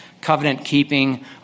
covenant-keeping